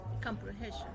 Comprehension